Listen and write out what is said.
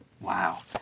Wow